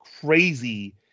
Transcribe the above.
crazy